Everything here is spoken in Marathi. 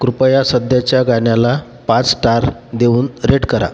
कृपया सध्याच्या गाण्याला पाच स्टार देऊन रेट करा